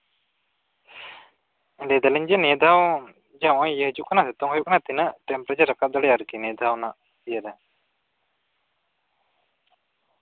ᱞᱟᱹᱭ ᱫᱟᱞᱤᱧ ᱡᱮ ᱱᱤᱭᱟᱹ ᱫᱷᱟᱣ ᱦᱚᱸᱜᱼᱚᱭ ᱡᱮ ᱤᱭᱟᱹ ᱦᱤᱡᱩᱜ ᱠᱟᱱᱟ ᱥᱤᱛᱩᱝ ᱦᱤᱡᱩᱜ ᱠᱟᱱᱟ ᱛᱤᱱᱟᱹᱜ ᱴᱮᱢᱯᱟᱨᱮᱪᱟᱨ ᱨᱟᱠᱟᱯ ᱫᱟᱲᱮᱭᱟᱜᱼᱟ ᱟᱨᱠᱤ ᱱᱤᱭᱟᱹ ᱫᱷᱟᱣ ᱨᱮᱱᱟᱜ ᱤᱭᱟᱹ ᱨᱮ